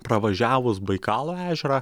pravažiavus baikalo ežerą